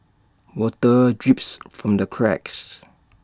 water drips from the cracks